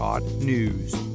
news